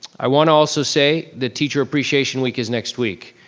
i want to also say that teacher appreciation week is next week.